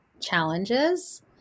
challenges